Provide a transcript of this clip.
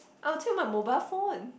I will take my mobile phone